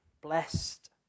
blessed